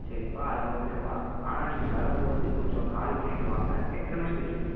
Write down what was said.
சரிப்பா அது ஓகேப்பா ஆனால் நீங்கள் வரும் போது கொஞ்சம் கால் பண்ணிவிட்டு வாங்க எத்தனை மணிக்கு வரீங்க